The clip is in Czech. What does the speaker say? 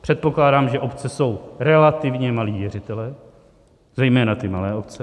Předpokládám, že obce jsou relativně malí věřitelé, zejména ty malé obce.